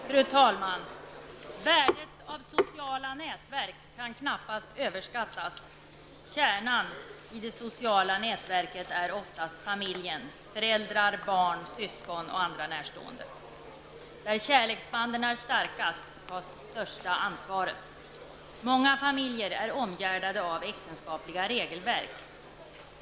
Fru talman! Värdet av sociala nätverk kan knappast överskattas. Kärnan i det sociala nätverket är oftast familjen, föräldrar, barn, syskon och andra närstående. Där kärleksbanden är starkast tas det största ansvaret. Många familjer är omgärdade av äktenskapliga regelverk.